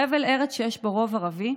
חבל ארץ שיש בו רוב ערבי,